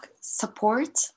support